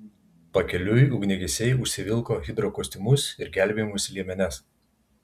pakeliui ugniagesiai užsivilko hidrokostiumus ir gelbėjimosi liemenes